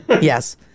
Yes